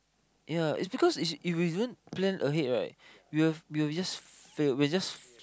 yea is because is if we don't to plan ahead right we will we will just fail we will just